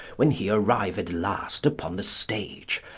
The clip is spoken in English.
when he arrived last upon the stage,